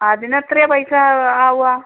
അതിനെത്രയാ പൈസ ആവുക